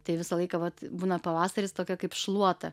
tai visą laiką vat būna pavasaris tokia kaip šluota